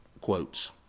quotes